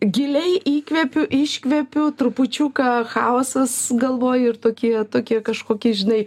giliai įkvepiu iškvepiu trupučiuką chaosas galvoj ir tokie tokie kažkokie žinai